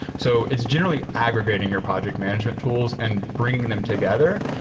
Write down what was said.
so it's generally aggregating your project management tools and bringing them together.